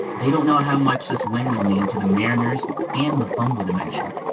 they don't know how much this win would mean to the mariners and the fumble dimension.